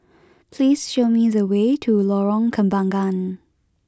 please show me the way to Lorong Kembagan